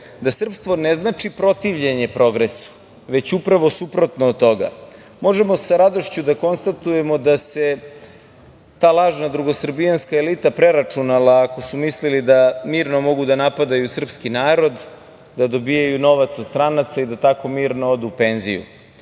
da srpstvo ne znači protivljenje progresu, već upravo suprotno od toga. Možemo sa radošću da konstatujemo da se ta lažna drugosrbijanska elita preračunala ako su mislili da mirno mogu da napadaju srpski narod, da dobijaju novac od stranaca i da tako mirno odu u penziju.